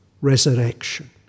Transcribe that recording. resurrection